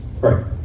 right